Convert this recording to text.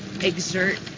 exert